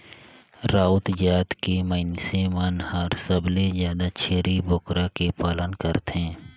राउत जात के मइनसे मन हर सबले जादा छेरी बोकरा के पालन करथे